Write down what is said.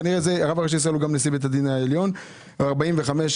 כראש אבות בתי הדין מרוויח